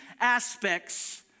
aspects